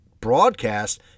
broadcast